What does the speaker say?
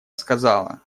сказала